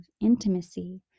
intimacy